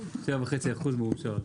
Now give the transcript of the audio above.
7.5% מאושר.